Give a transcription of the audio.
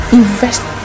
invest